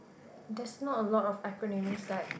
that's not a lot of acronyms that